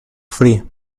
free